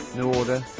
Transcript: new order,